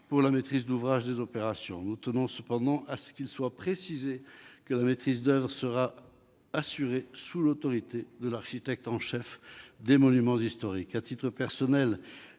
pour la maîtrise d'ouvrage des opérations. Nous tenons cependant à ce qu'il soit précisé que la maîtrise d'oeuvre sera assurée sous l'autorité de l'architecte en chef des monuments historiques.